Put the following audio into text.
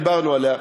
דיברנו עליה,